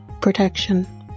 protection